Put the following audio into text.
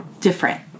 different